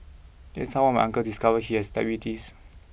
my uncles discovered he has diabetes